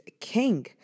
king